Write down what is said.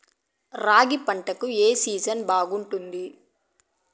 రాగి పంటకు, ఏ సీజన్ బాగుంటుంది?